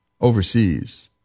overseas